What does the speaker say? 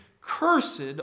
Cursed